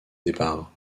départ